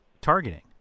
targeting